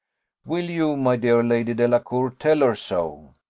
will you, my dear lady delacour, tell her so?